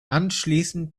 anschließend